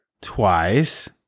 twice